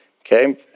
okay